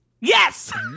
Yes